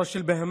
ראש של בהמה.